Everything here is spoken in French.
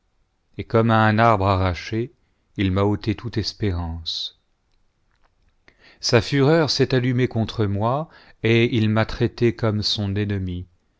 et comme à un arbre arraché il m'a ôté toute espérance sa fureur s'est allumée contre moi et il m'a traité comme son ennemi